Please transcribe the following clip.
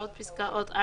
(א)בסעיף קטן (א),